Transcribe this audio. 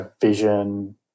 vision